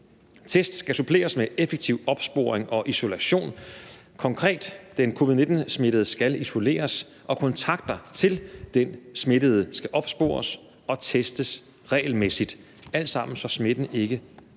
Test skal suppleres med effektiv opsporing og isolation. Konkret skal den covid-19-smittede isoleres, og kontakter til den smittede skal opspores og testes regelmæssigt – alt sammen, for at smitten ikke spreder